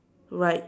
right